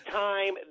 time